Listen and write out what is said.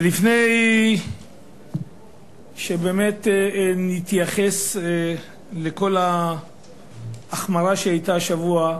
לפני שבאמת נתייחס לכל ההחמרה שהיתה השבוע,